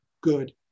good